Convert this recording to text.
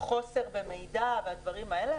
החוסר במידע והדברים האלה,